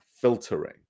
filtering